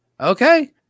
Okay